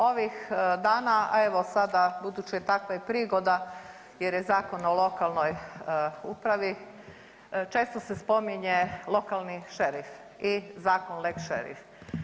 Ovih dana, a evo sada budući je takva prigoda jer je Zakon o lokalnoj upravi često se spominje lokalni šerif i zakon lex šerif.